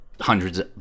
hundreds